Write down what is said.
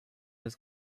des